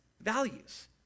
values